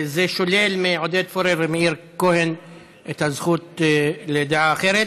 זה שולל מעודד פורר ומאיר כהן את הזכות לדעה אחרת.